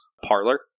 parlor